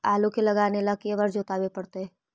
आलू के लगाने ल के बारे जोताबे पड़तै?